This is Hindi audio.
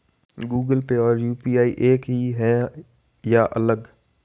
गूगल पे और यू.पी.आई एक ही है या अलग?